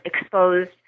exposed